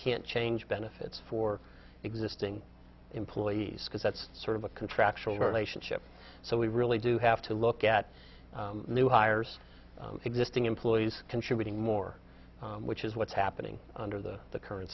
can't change benefits for existing employees because that's sort of a contractual relationship so we really do have to look at new hires existing employees contributing more which is what's happening under the current